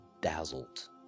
dazzled